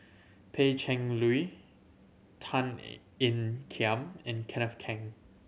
Pan Cheng Lui Tan Ean Kiam and Kenneth Keng